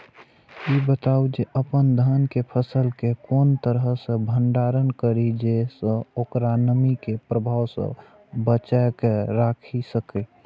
ई बताऊ जे अपन धान के फसल केय कोन तरह सं भंडारण करि जेय सं ओकरा नमी के प्रभाव सं बचा कय राखि सकी?